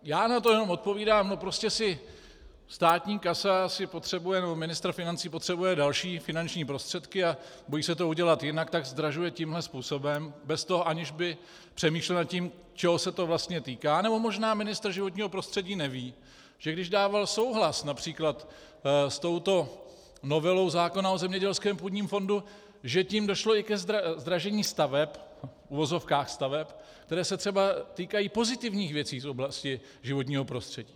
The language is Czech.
Já na to jenom odpovídám: no prostě si státní kasa potřebuje, nebo ministr financí potřebuje další finanční prostředky a bojí se to udělat jinak, tak zdražuje tímhle způsobem bez toho, aniž by přemýšlel nad tím, čeho se to vlastně týká, nebo možná ministr životního prostředí neví, že když dával souhlas například s touto novelou zákona o zemědělském půdním fondu, že tím došlo i ke zdražení staveb v uvozovkách staveb které se třeba týkají pozitivních věcí z oblasti životního prostředí.